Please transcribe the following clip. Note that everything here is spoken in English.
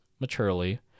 Maturely